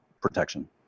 protection